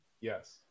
Yes